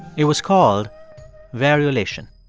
it was called variolation